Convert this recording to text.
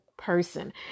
person